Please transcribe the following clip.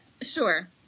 sure